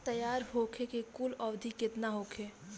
तैयार होखे के कुल अवधि केतना होखे?